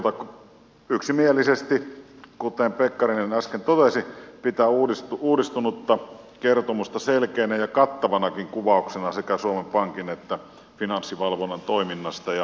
valiokunta yksimielisesti kuten pekkarinen äsken totesi pitää uudistunutta kertomusta selkeänä ja kattavanakin kuvauksena sekä suomen pankin että finanssivalvonnan toiminnasta ja toimintaympäristöstä